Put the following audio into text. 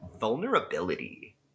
vulnerability